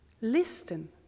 Listen